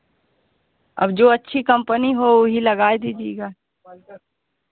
अब जो अच्छी कंपनी हो वही लगा दीजिएगा